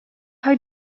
how